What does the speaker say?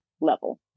level